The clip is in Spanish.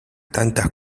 tantas